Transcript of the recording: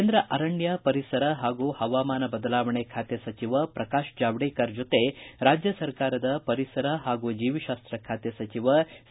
ಕೇಂದ್ರ ಅರಣ್ಯ ಪರಿಸರ ಹಾಗೂ ಪವಾಮಾನ ಬದಲಾವಣೆ ಖಾತೆ ಸಚಿವ ಪ್ರಕಾಶ್ ಜಾವಡೇಕರ್ ಜೊತೆ ರಾಜ್ಯ ಸರ್ಕಾರದ ಪರಿಸರ ಹಾಗೂ ಜೀವಿಶಾಸ್ತ ಖಾತೆ ಸಚಿವ ಸಿ